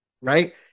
right